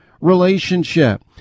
relationship